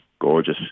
gorgeous